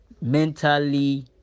mentally